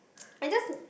I just